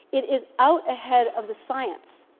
it is out ahead of the science.